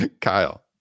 kyle